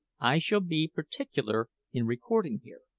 i shall be particular in recording here.